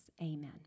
Amen